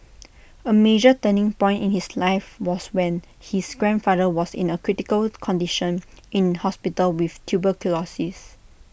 A major turning point in his life was when his grandfather was in A critical condition in hospital with tuberculosis